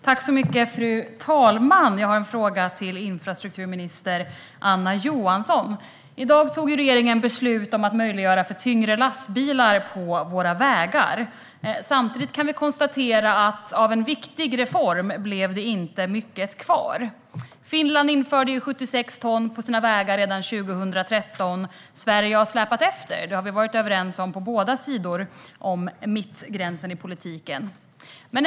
Fru talman! Jag har en fråga till infrastrukturminister Anna Johansson. I dag fattade regeringen beslut om att möjliggöra för tyngre lastbilar på våra vägar. Samtidigt kan vi konstatera att av en viktig reform blev det inte mycket kvar. Finland införde 76 ton på sina vägar redan 2013. Sverige har släpat efter. Det har vi varit överens om på båda sidor av mittgränsen i politiken.